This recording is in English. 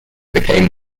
became